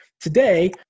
today